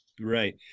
Right